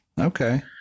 Okay